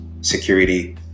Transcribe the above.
security